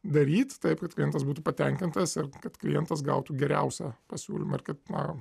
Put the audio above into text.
daryt taip kad klientas būtų patenkintas ir kad klientas gautų geriausią pasiūlymą ir kad na